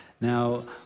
Now